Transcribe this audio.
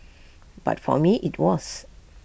but for me IT was